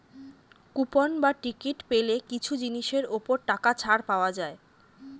coupon বা ticket পেলে কিছু জিনিসের ওপর টাকা ছাড় পাওয়া যায়